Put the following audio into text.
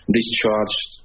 discharged